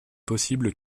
possible